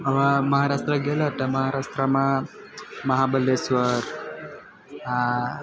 હવે મહારાષ્ટ્ર ગએલા તેમાં રસ્તામાં મહાબલેશ્વર આ